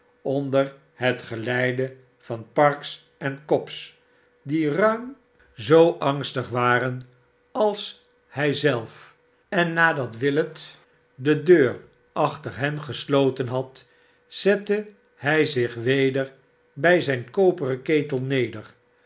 onder het geleide van parkes en cobb die ruim zoo barnaby rudge angstig waren als hij zelf en nadat willet de deur achter hen gesloten had zette hij zich weder bij zijn koperen ketel neder